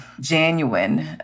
genuine